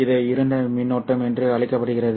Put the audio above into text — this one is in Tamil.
இது இருண்ட மின்னோட்டம் என்று அழைக்கப்படுகிறது